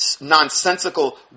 nonsensical